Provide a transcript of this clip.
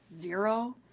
zero